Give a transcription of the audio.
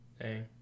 hey